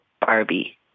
Barbie